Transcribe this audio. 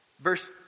verse